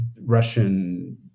Russian